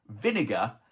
vinegar